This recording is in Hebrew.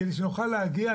כדי שנוכל להגיע,